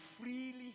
freely